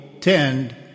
tend